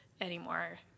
anymore